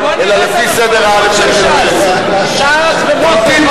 אלא לפי סדר האל"ף-בי"ת של שמות חברי הכנסת.